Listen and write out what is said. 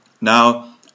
Now